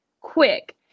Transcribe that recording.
quick